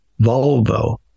Volvo